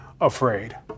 afraid